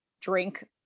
drink